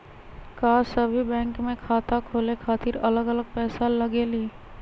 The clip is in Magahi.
का सभी बैंक में खाता खोले खातीर अलग अलग पैसा लगेलि?